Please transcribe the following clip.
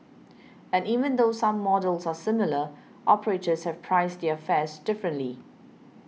and even though some models are similar operators have priced their fares differently